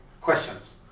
questions